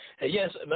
Yes